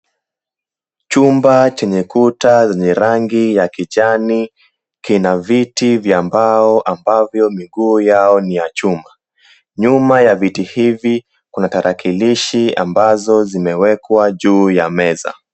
Chumba chenye kuta zenye rangi ya kijani kina viti vya mbao ambavyo miguu yao ni ya chuma. Nyuma ya viti hivi kuna tarakilishi ambazo zimewekwa juu ya meza.